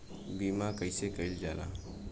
बीमा कइसे कइल जाला?